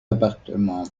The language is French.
appartement